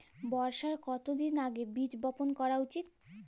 বর্ষার কতদিন আগে বীজ বপন করা উচিৎ?